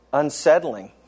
unsettling